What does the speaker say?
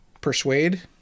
Persuade